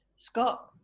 Scott